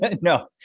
no